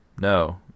no